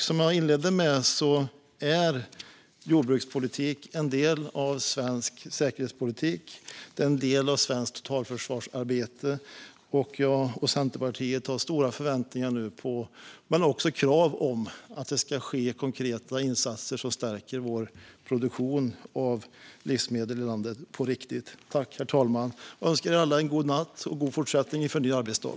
Som jag inledde med att säga är jordbrukspolitik en del av svensk säkerhetspolitik och svenskt totalförsvarsarbete. Jag och Centerpartiet har nu stora förväntningar men också krav på att det ska ske konkreta insatser som stärker vår produktion av livsmedel i landet på riktigt. Jag önskar alla en god natt och en god fortsättning inför en ny arbetsdag.